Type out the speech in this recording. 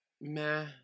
meh